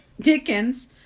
dickens